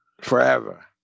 Forever